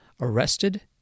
arrested